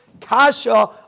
kasha